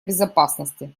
безопасности